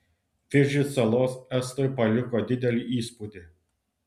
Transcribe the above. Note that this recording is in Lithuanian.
fidži salos estui paliko didelį įspūdį